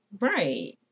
Right